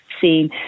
seen